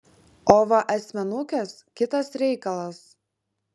o va asmenukės kitas reikalas